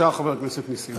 בבקשה, חבר הכנסת נסים זאב.